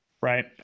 right